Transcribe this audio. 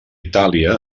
itàlia